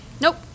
Nope